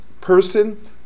person